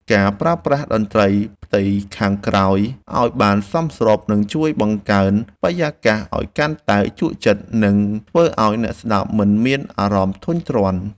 ការប្រើប្រាស់តន្ត្រីផ្ទៃខាងក្រោយឱ្យបានសមស្របនឹងជួយបង្កើនបរិយាកាសឱ្យកាន់តែជក់ចិត្ត និងធ្វើឱ្យអ្នកស្តាប់មិនមានអារម្មណ៍ធុញទ្រាន់។